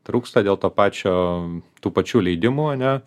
trūksta dėl to pačio tų pačių leidimų ane